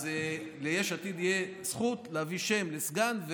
אז ליש עתיד תהיה זכות להביא שם לסגן.